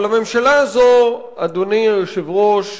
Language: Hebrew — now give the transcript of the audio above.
אבל, אדוני היושב-ראש,